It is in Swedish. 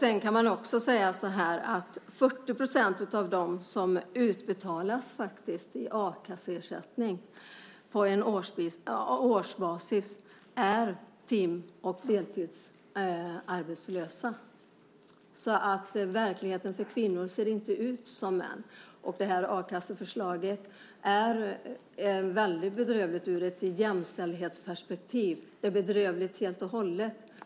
Av den a-kasseersättning som utbetalas på årsbasis går 40 % till tim och deltidsarbetslösa. Verkligheten för kvinnor ser inte ut som den för män. A-kasseförslaget är väldigt bedrövligt ur ett jämställdhetsperspektiv. Det är bedrövligt helt och hållet.